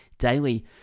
daily